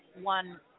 one